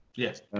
Yes